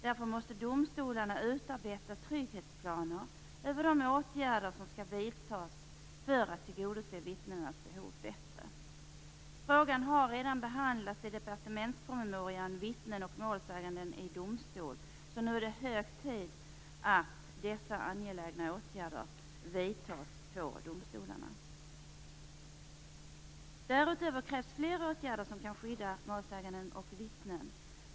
Domstolarna bör därför utarbeta trygghetsplaner över de åtgärder som skall vidtas för att bättre tillgodose vittnenas behov. Frågan har redan behandlats i departementspromemorian Vittnen och målsägande i domstol. Nu är det hög tid att dessa angelägna åtgärder vidtas på domstolarna. Därtill krävs fler åtgärder som kan skydda målsäganden och vittnen.